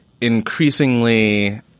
increasingly